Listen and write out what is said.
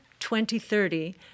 2030